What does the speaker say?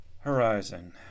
Horizon